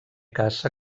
caça